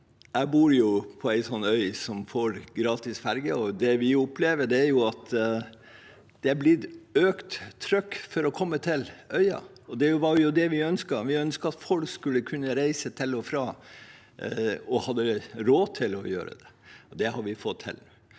Jeg bor på en slik øy som får gratis ferje, og det vi opplever, er at det er blitt økt trykk for å komme til øya. Det var jo det vi ønsket. Vi ønsket at folk skulle kunne reise til og fra og ha råd til å gjøre det. Det har vi fått til.